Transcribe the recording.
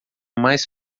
mais